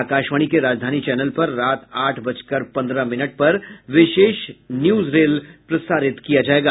आकाशवाणी के राजधानी चैनल पर रात आठ बजकर पंद्रह मिनट पर विशेष न्यूज रील प्रसारित की जाएगी